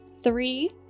three